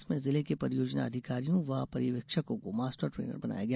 इसमें जिले के परियोजना अधिकारियों व पर्यवेक्षकों को मास्टर ट्रेनर बनाया गया